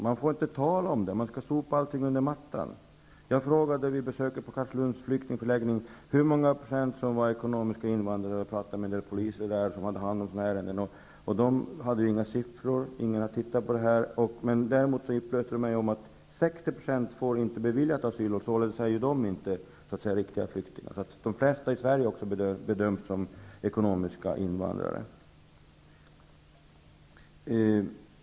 Man får inte tala om det, man skall sopa allting under mattan. Jag frågade vid besöket på Carlslunds flyktingförläggning hur många procent som var ekonomiska invandrare. Jag pratade med en del poliser som hade hand om sådana här ärenden, men de hade inga siffror. Ingen hade tittat på det. Däremot upplyste de mig om att 60 % inte får asyl beviljad, och således är de inte riktiga flyktingar. De flesta i Sverige bedöms alltså vara ekonomiska invandrare.